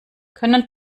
können